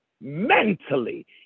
mentally